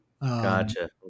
Gotcha